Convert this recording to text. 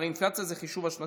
הרי אינפלציה זה חישוב שנתי.